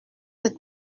êtes